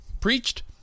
preached